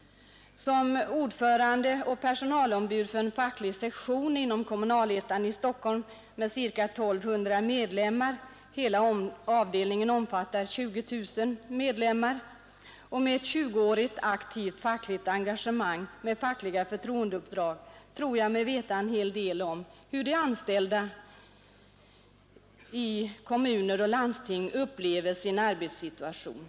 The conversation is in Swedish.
Som ordförande och som personalombud för en facklig sektion inom Kommunalettan i Stockholm med ca 1 200 medlemmar — hela avdelningen omfattar 20 000 medlemmar — och med ett tjugoårigt aktivt fackligt engagemang med fackliga förtroendeuppdrag tror jag mig veta en hel del om hur de anställda i kommuner och landsting upplever sin arbetssituation.